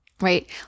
right